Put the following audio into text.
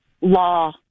law